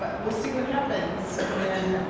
but we'll see what happens when,